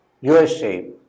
USA